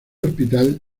hospital